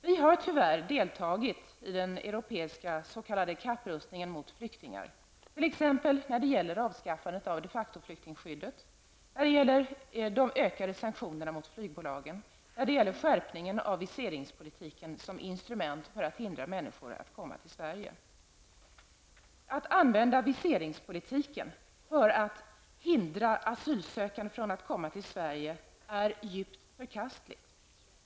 Vi har tyvärr deltagit i den europeiska s.k. kapprustningen mot flyktingar t.ex. när det gäller avskaffandet av de facto-flyktingskyddet, de ökade sanktionerna mot flygbolagen och skärpningen av viseringspolitiken som instrument för att hindra människor från att komma till Sverige. Att använda viseringspolitiken för att hindra asylsökande från att komma till Sverige är djupt förkastligt.